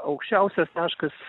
aukščiausias taškas